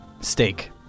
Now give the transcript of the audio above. steak